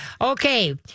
okay